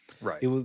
Right